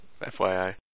FYI